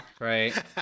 right